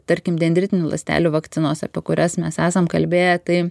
tarkim dendritinių ląstelių vakcinos apie kurias mes esam kalbėję tai